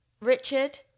Richard